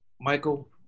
Michael